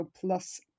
plus